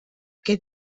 que